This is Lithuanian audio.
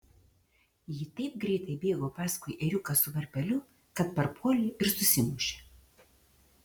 ji taip greitai bėgo paskui ėriuką su varpeliu kad parpuolė ir susimušė